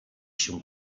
się